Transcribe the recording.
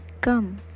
come